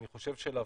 אני חושב שלוועדה,